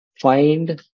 find